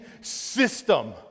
system